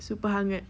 super hangat